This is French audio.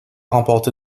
remporté